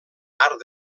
art